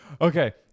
Okay